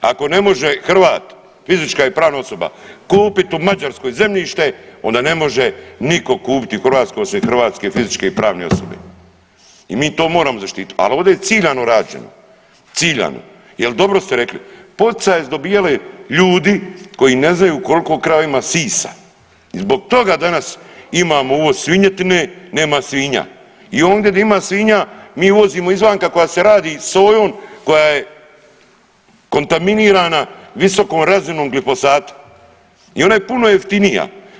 Ako ne može Hrvat fizička i pravna osoba kupit u Mađarskoj zemljište onda ne može niko kupit u Hrvatskoj osim hrvatske fizičke i pravne osobe i mi to moramo zaštititi, al ovdje je ciljano rađeno, ciljano jel dobro ste rekli poticaje su dobijali ljudi koji ne znaju koliko krava ima sisa i zbog toga danas imamo uvoz svinjetine, nema svinja i ondje gdje ima svinja mi uvozimo izvanka koja se radi sojom, koja je kontaminirana visokom razinom glifosata i ona je puno jeftinija.